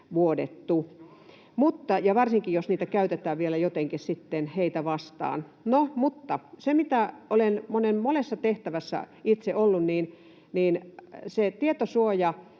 vuodettu — ja varsinkin, jos niitä käytetään vielä jotenkin heitä vastaan. Kun olen monessa tehtävässä itse ollut, niin se tietosuojahan